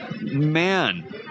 man